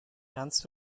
kannst